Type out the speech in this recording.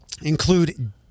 include